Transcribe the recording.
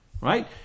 Right